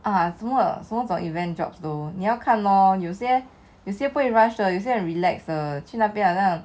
ah 什么什么 event job lor 你要看咯有些有些不会 rush you sit and relax 去那边好像